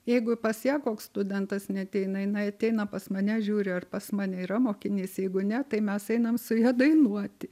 jeigu pas ją koks studentas neateina jinai ateina pas mane žiūri ar pas mane yra mokinys jeigu ne tai mes einam su ja dainuoti